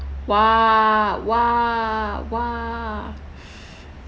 !wah!